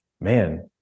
man